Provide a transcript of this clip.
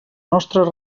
nostres